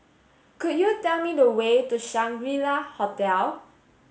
could you tell me the way to Shangri La Hotel